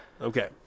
Okay